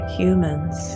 humans